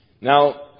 Now